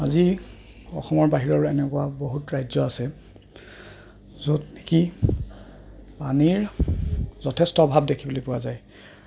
আজি অসমৰ বাহিৰৰ এনেকুৱা বহুত ৰাজ্য আছে য'ত নেকি পানীৰ যথেষ্ট অভাৱ দেখিবলৈ পোৱা যায়